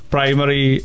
Primary